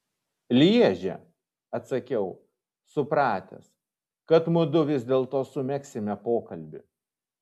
lježe atsakiau supratęs kad mudu vis dėlto sumegsime pokalbį